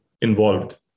involved